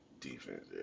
defense